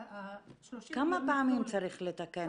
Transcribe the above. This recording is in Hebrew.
ה-30 מיליון ניתנו -- כמה פעמים צריך לתקן?